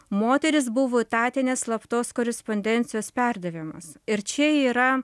moterys buvo etatinės slaptos korespondencijos perdavimas ir čia yra